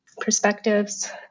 perspectives